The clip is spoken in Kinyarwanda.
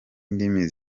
indimi